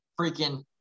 freaking